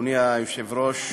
אדוני היושב-ראש,